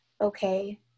okay